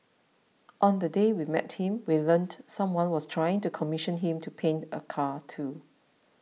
on the day we met him we learnt someone was trying to commission him to paint a car too